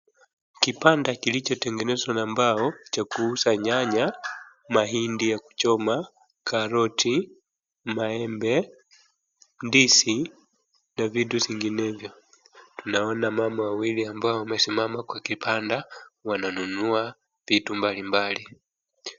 Kibanda kilichotengenezwa na mbao cha kuuza nyanya, mahindi ya kuchoma, karoti, maembe, ndizi na vitu zinginevyo. Tunaona mama wawili ambao wamesimama kwa kibanda wananunua vitu mbalimbali.